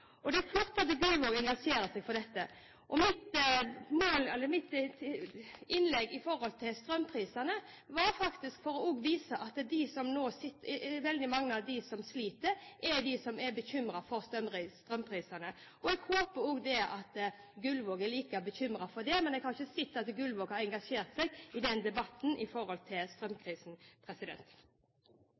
Det er flott at Gullvåg engasjerer seg for dette. Det jeg sa om strømprisene i mitt innlegg, var faktisk for å vise at veldig mange av dem som sliter, er bekymret for strømprisene. Jeg håper at Gullvåg er like bekymret, men jeg har ikke sett at han har engasjert seg i debatten om strømprisen. Representanten Linda C. Hofstad Helleland har hatt ordet to ganger og får ordet til